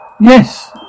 Yes